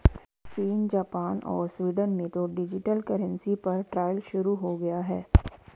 चीन, जापान और स्वीडन में तो डिजिटल करेंसी पर ट्रायल शुरू हो गया है